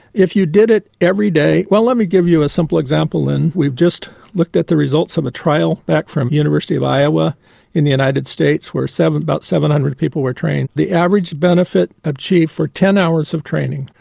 if you did it every day, well, let me give you a simple example, lynne. we've just looked at the results of a trial back from the university of iowa in the united states where about seven hundred people were trained. the average benefit achieved for ten hours of training,